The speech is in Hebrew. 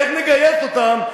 איך נגייס אותם?